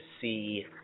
see